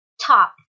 top